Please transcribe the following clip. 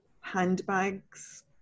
handbags